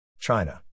China